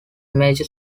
major